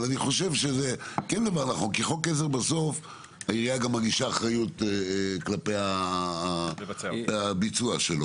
אבל בחוק עזר העירייה מרגישה אחריות לגבי הביצוע שלו.